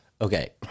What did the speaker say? okay